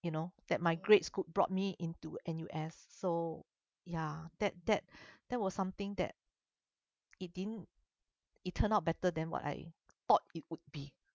you know that my grades could brought me into N_U_S so ya that that that was something that it didn't it turned out better than what I thought it would be